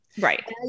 Right